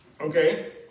Okay